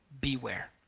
Beware